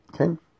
Okay